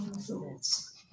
thoughts